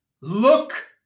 look